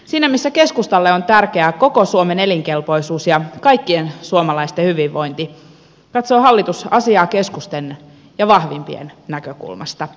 siinä missä keskustalle on tärkeää koko suomen elinkelpoisuus ja kaikkien suomalaisten hyvinvointi katsoo hallitus asiaa keskusten ja vahvimpien näkökulmasta